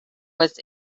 was